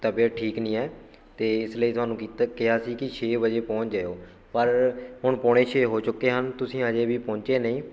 ਤਬੀਅਤ ਠੀਕ ਨਹੀਂ ਹੈ ਅਤੇ ਇਸ ਲਈ ਤੁਹਾਨੂੰ ਕੀਤਾ ਕਿਹਾ ਸੀ ਕਿ ਛੇ ਵਜੇ ਪਹੁੰਚ ਜਾਇਓ ਪਰ ਹੁਣ ਪੌਣੇ ਛੇ ਹੋ ਚੁੱਕੇ ਹਨ ਤੁਸੀਂ ਹਜੇ ਵੀ ਪਹੁੰਚੇ ਨਹੀਂ